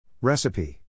Recipe